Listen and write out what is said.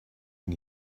and